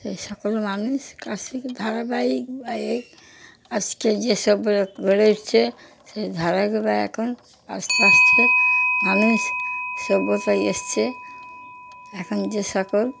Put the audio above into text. সেই সকল মানুষ ধারাবাহিক ভাবে আজকে যে সব গড়ে উঠছে সেই ধারাবাহিক ভাবে এখন আস্তে আস্তে মানুষ সভ্যতায় এসেছে এখন যে সকল